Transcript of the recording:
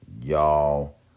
y'all